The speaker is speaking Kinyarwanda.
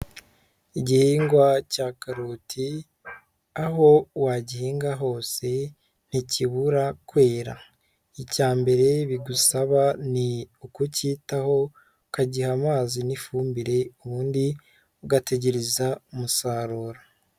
Igihingwa cya karoti aho wagihinga hose ntikibura kwera, icya mbere bigusaba ni ukukitaho, ukagiha amazi n'ifumbire ubundi ugategereza umusaruro.